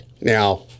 Now